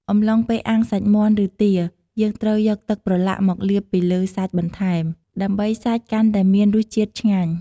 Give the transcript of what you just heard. អំឡុងពេលអាំងសាច់មាន់ឬទា យើងត្រូវយកទឹកប្រឡាក់មកលាបពីលើសាច់បន្ថែម ដើម្បីសាច់កាន់តែមានរស់ជាតិឆ្ងាញ់។